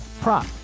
prop